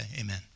amen